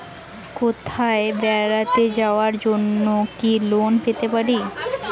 কোথাও বেড়াতে যাওয়ার জন্য কি লোন পেতে পারি?